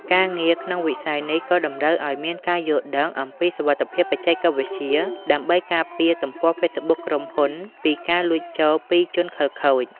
ការងារក្នុងវិស័យនេះក៏តម្រូវឱ្យមានការយល់ដឹងអំពីសុវត្ថិភាពបច្ចេកវិទ្យា ដើម្បីការពារទំព័រហ្វេសប៊ុកក្រុមហ៊ុនពីការលួចចូលពីជនខិលខូច។